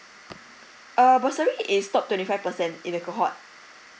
uh bursary is top twenty five percent in the cohort